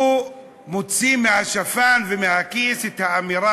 הוא מוציא מהכיס את השפן, האמירה